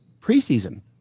preseason